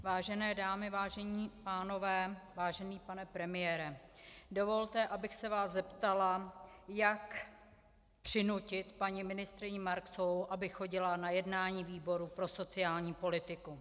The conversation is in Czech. Vážené dámy, vážení pánové, vážený pane premiére, dovolte, abych se vás zeptala, jak přinutit paní ministryni Marksovou, aby chodila na jednání výboru pro sociální politiku.